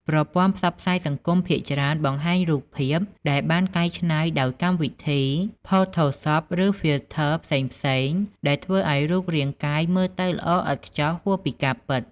ប្រព័ន្ធផ្សព្វផ្សាយសង្គមភាគច្រើនបង្ហាញរូបភាពដែលបានកែច្នៃដោយកម្មវិធី ផូថូសប ឬ ហ្វីលធ័រ ផ្សេងៗ ដែលធ្វើឲ្យរូបរាងកាយមើលទៅល្អឥតខ្ចោះហួសពីការពិត។